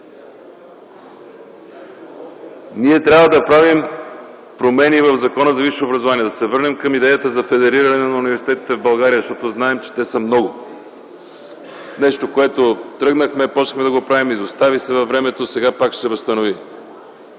Ние трябва да правим промени в Закона за висшето образование, да се върнем към идеята за федериране на университетите в България, защото знаем, че те са много – нещо, което тръгнахме, започнахме да го правим, изостави се във времето, и сега пак ще се възстанови.